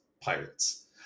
pirates